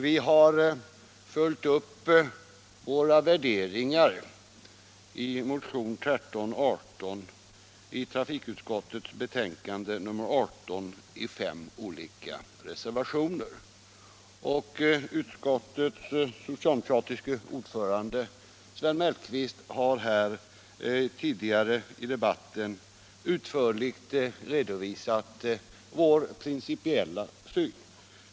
Vi har följt upp våra värderingar i motionen 1318 i fem reservationer vid trafikutskottets betänkande nr 18. Utskottets socialdemokratiske ordförande Sven Mellqvist har tidigare i debatten utförligt redogjort för vår principiella syn.